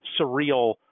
surreal